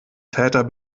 täter